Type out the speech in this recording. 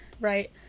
right